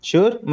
Sure